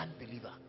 unbeliever